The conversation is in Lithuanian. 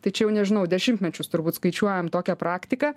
tačiau nežinau dešimtmečius turbūt skaičiuojam tokią praktiką